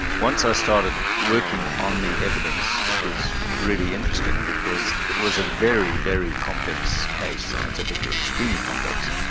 once i started working on the evidence, it was really interesting, because it was a very, very complex case, scientifically, extremely complex.